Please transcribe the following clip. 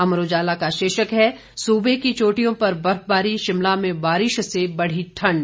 अमर उजाला का शीर्षक है सूबे की चोटियों पर बर्फबारी शिमला में बारिश से बढ़ी ठंड